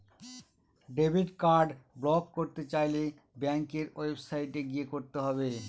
debit card block করতে চাইলে ব্যাঙ্কের ওয়েবসাইটে গিয়ে করতে হবে